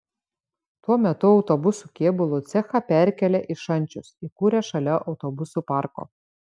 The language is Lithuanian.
tuo metu autobusų kėbulų cechą perkėlė į šančius įkūrė šalia autobusų parko